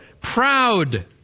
Proud